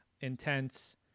intense